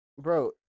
Bro